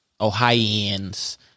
Ohioans